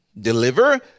deliver